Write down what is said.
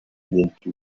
into